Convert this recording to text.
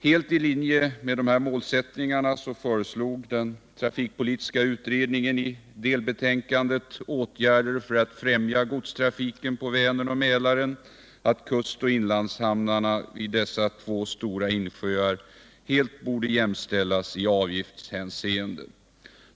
Helt i linje med dessa målsättningar föreslog trafikpolitiska utredningen i delbetänkandet ”Åtgärder för att främja godstrafiken på Vänern och Mälaren” att kustoch inlandshamnarna vid dessa två stora sjöar helt skulle jämställas i avgiftshänseende.